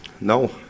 No